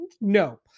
No